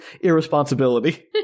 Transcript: irresponsibility